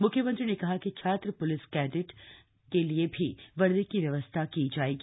मुख्यमंत्री ने कहा कि छात्र प्रलिस कड़ेट के लिए भी वर्दी की व्यवस्था की जाएगी